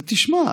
ותשמע.